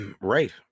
Right